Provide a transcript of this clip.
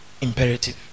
imperative